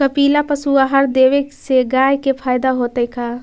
कपिला पशु आहार देवे से गाय के फायदा होतै का?